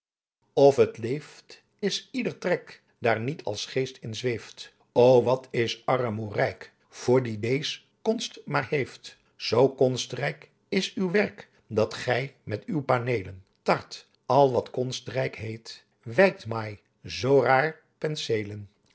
of t leeft is ieder trek daar niet als geest in zweeft o wat is aremoe ryck voor die dees konst maar heeft soo konstryk is uw werk dat gy met uw paneelen tart al wat konstrijk heet weyckt may zoo raar penseelen